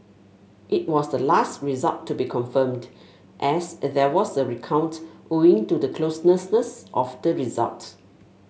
it was the last result to be confirmed as there was a recount owing to the closeness of the result